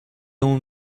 اون